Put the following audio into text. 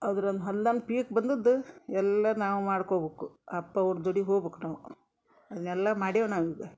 ಅದ್ರಿಂದು ಹೊಲ್ದಂದ್ ಪೀಕ್ ಬಂದದ್ದ ಎಲ್ಲಾ ನಾವು ಮಾಡ್ಕೊಬೇಕು ಅಪ್ಪ ಅವ್ರ ಜೋಡಿ ಹೋಗ್ಬೇಕು ನಾವು ಅದನ್ನೆಲ್ಲ ಮಾಡೇವಿ ನಾವೀಗ